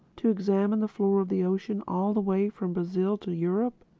to examine the floor of the ocean all the way from brazil to europe!